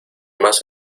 más